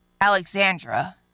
Alexandra